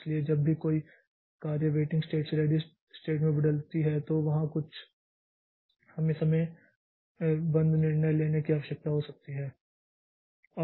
इसलिए जब भी कोई प्रक्रिया वेटिंग स्टेट से रेडी़ स्टेट में बदलती है तो वहां भी हमें कुछ समयबद्ध निर्णय लेने की आवश्यकता हो सकती है